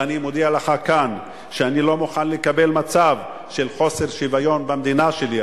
ואני מודיע לך כאן שאני לא מוכן לקבל מצב של חוסר שוויון במדינה שלי,